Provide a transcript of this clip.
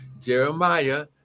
Jeremiah